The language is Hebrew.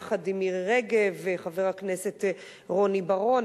יחד עם מירי רגב וחבר הכנסת רוני-בר-און,